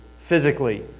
physically